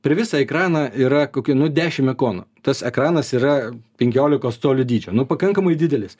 per visą ekraną yra kokia nu dešim ikonų tas ekranas yra penkiolikos colių dydžio nu pakankamai didelis